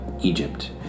Egypt